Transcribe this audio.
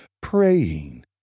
praying